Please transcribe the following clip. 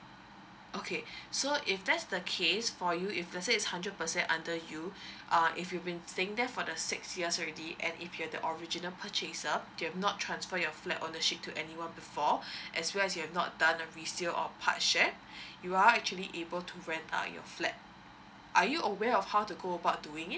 okay so if that's the case for you if let's say is hundred percent under you uh if you've been staying there for the six years already and if you're the original purchaser you've not transfer your flat ownership to anyone before as well as you've not done a resale or part share you are actually able to rent out your flat are you aware of how to go about doing it